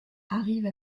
arrive